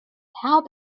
how